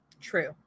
True